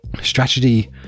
Strategy